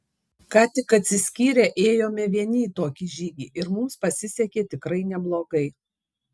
ką tik atsiskyrę ėjome vieni į tokį žygį ir mums pasisekė tikrai neblogai